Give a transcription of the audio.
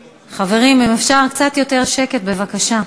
חברים, אם אפשר, קצת יותר שקט, בבקשה.